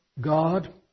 God